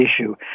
issue